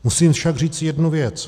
Musím však říct jednu věc.